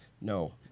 No